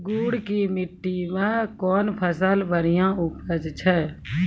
गुड़ की मिट्टी मैं कौन फसल बढ़िया उपज छ?